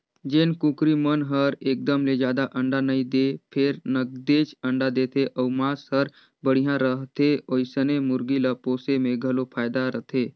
जेन कुकरी मन हर एकदम ले जादा अंडा नइ दें फेर नगदेच अंडा देथे अउ मांस हर बड़िहा रहथे ओइसने मुरगी ल पोसे में घलो फायदा रथे